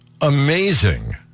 amazing